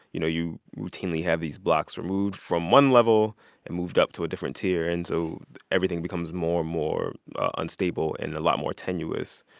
you know, you routinely have these blocks removed from one level and moved up to a different tier, and so everything becomes more and more unstable and a lot more tenuous.